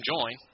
join